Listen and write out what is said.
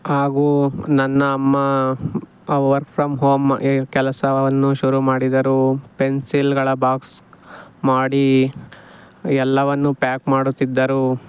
ಹಾಗೂ ನನ್ನ ಅಮ್ಮ ವರ್ಕ್ ಫ್ರಮ್ ಹೋಮ್ ಈ ಕೆಲಸವನ್ನು ಶುರು ಮಾಡಿದರು ಪೆನ್ಸಿಲ್ಗಳ ಬಾಕ್ಸ್ ಮಾಡಿ ಎಲ್ಲವನ್ನೂ ಪ್ಯಾಕ್ ಮಾಡುತ್ತಿದ್ದರು